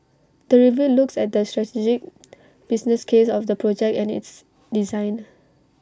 the review looks at the strategic business case of the project and its design